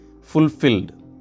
fulfilled